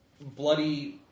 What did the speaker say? bloody